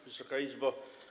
Wysoka Izbo!